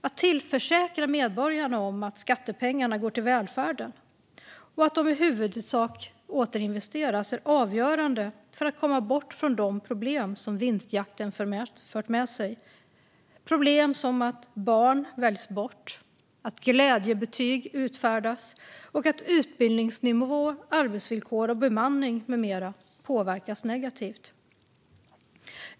Att försäkra medborgarna om att skattepengarna går till välfärden och att de i huvudsak återinvesteras är avgörande för att komma bort från de problem som vinstjakten fört med sig, som att barn väljs bort, att glädjebetyg utfärdas och att utbildningsnivå, arbetsvillkor och bemanning med mera påverkas negativt.